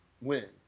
win